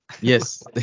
Yes